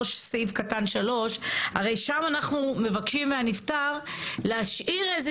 3(3) הרי שם אנחנו מבקשים מהנפטר להשאיר איזה